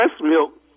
milk